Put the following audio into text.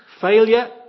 Failure